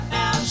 now